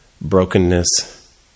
Brokenness